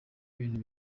ibintu